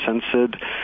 censored